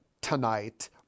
tonight